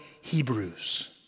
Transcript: Hebrews